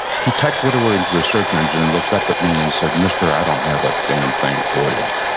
he typed widower into his search engine and looked up at me and said, mister, i don't have a damn thing for you.